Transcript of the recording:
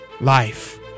life